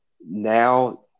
now